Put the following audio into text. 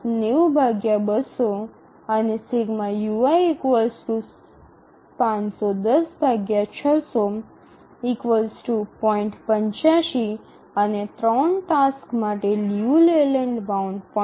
૮૫ અને 3 ટાસ્ક માટે Liu Layland bound 0